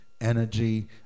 energy